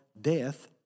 death